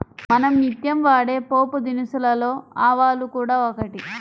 మనం నిత్యం వాడే పోపుదినుసులలో ఆవాలు కూడా ఒకటి